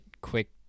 quick